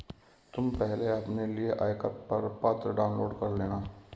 तुम पहले अपने लिए आयकर प्रपत्र डाउनलोड कर लेना